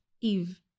Eve